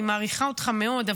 ואני מעריכה אותך מאוד.